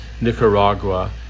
Nicaragua